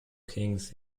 kings